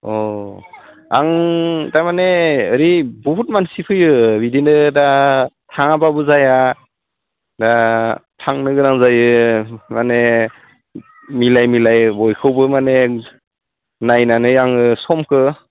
अ आं तारमाने ओरै बुहुत मानसि फैयो बिदिनो दा थाङाबाबो जाया दा थांनो गोनां जायो माने मिलाय मिलाय बयखौबो माने नायनानै आङो समखौ